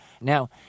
Now